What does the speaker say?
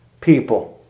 people